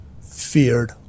feared